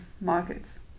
markets